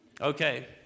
okay